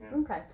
okay